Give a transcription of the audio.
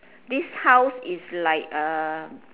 this house is like uh